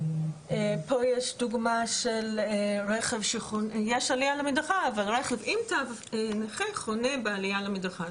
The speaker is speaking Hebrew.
פה יש דוגמה שיש עלייה למדרכה אבל רכב עם תו נכה חונה בעלייה למדרכה,